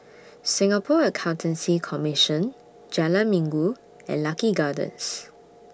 Singapore Accountancy Commission Jalan Minggu and Lucky Gardens